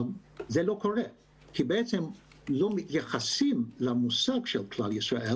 זה לא קורה, כי לא מתייחסים למושג של כלל ישראל